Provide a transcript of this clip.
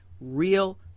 real